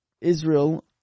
Israel